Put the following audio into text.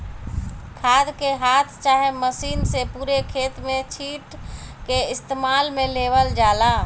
खाद के हाथ चाहे मशीन से पूरे खेत में छींट के इस्तेमाल में लेवल जाला